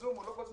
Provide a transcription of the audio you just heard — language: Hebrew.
בזום או לא בזום?